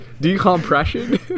Decompression